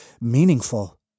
meaningful